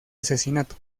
asesinato